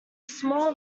small